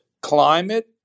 Climate